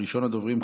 ראשון הדוברים,